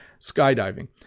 skydiving